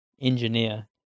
engineer